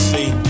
See